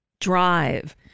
drive